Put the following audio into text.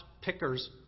Pickers